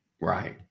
Right